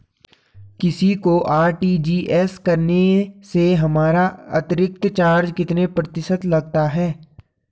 किसी को आर.टी.जी.एस करने से हमारा अतिरिक्त चार्ज कितने प्रतिशत लगता है?